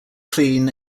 clean